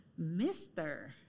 Mr